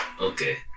Okay